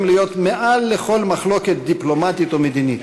להיות מעל כל מחלוקת דיפלומטית או מדינית.